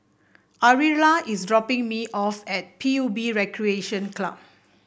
Ariella is dropping me off at P U B Recreation Club